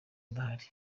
adahari